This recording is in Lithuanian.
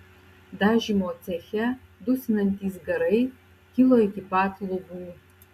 dažymo ceche dusinantys garai kilo iki pat lubų